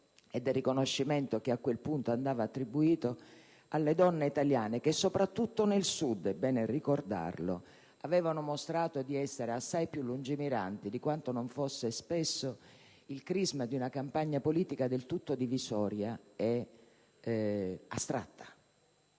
e del riconoscimento che a quel punto andava attribuito alle donne italiane che, soprattutto nel Sud, è bene ricordarlo, avevano mostrato di essere assai più lungimiranti di quanto non fosse stato il crisma di una campagna politica del tutto divisoria ed astratta.